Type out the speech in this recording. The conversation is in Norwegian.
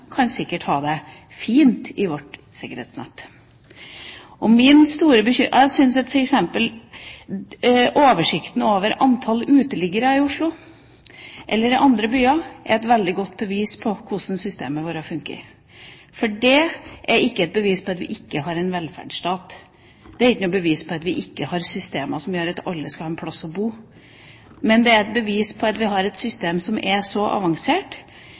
kan sikkert ha det fint i vårt sikkerhetsnett. Jeg syns at f.eks. oversikten over antall uteliggere i Oslo eller andre byer er et veldig godt bevis på hvordan systemet vårt har funket. For det er ikke et bevis på at vi ikke har en velferdsstat, det er ikke noe bevis på at vi ikke har systemer som gjør at alle skal ha en plass å bo, men det er et bevis på at vi har et system som er så avansert,